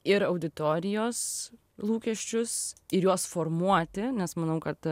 ir auditorijos lūkesčius ir juos formuoti nes manau kad